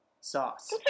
sauce